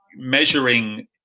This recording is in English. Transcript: measuring